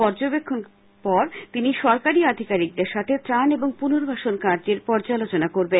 পর্যবেক্ষণে তিনি সরকারী আধিকারিকদের সাথে ত্রাণ ও পুনর্বাসন কার্যের পর্যালোচনা করবেন